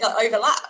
overlap